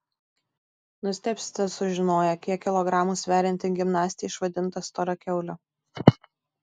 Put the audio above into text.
nustebsite sužinoję kiek kilogramų sverianti gimnastė išvadinta stora kiaule